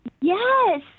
Yes